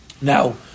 Now